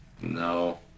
no